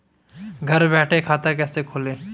घर बैठे खाता कैसे खोलें?